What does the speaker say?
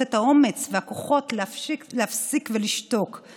את האומץ והכוחות להפסיק ולשתוק";